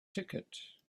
ticket